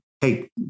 hey